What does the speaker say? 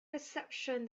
reception